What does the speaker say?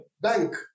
Bank